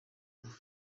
vous